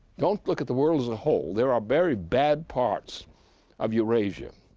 don't look at the world as a whole. there are very bad parts of eurasia,